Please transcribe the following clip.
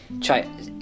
try